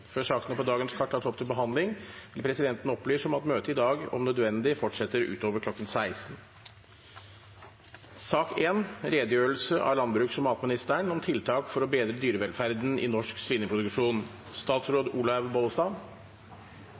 Før sakene på dagens kart tas opp til behandling, vil presidenten opplyse om at møtet i dag om nødvendig fortsetter utover kl. 16. Jeg vil takke for anledningen til å snakke om dyrevelferdsutfordringene i svinenæringen. Dyrevelferd er et svært viktig tema for denne regjeringen og et tema jeg som landbruks- og